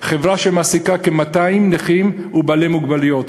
חברה שמעסיקה כ-200 נכים ובעלי מוגבלויות.